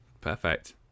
Perfect